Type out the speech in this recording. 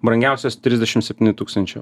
brangiausias trisdešimt septyni tūkstančiai eurų